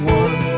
one